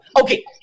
okay